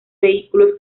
vehículos